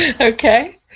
Okay